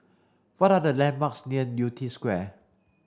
what are the landmarks near Yew Tee Square